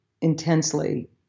intensely